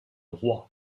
roy